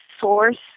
source